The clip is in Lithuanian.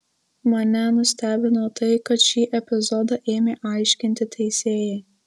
mane nustebino tai kad šį epizodą ėmė aiškinti teisėjai